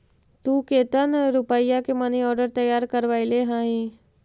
तु केतन रुपया के मनी आर्डर तैयार करवैले हहिं?